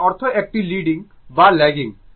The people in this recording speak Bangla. এর অর্থ একটি লিডিং বা ল্যাগিং